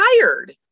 tired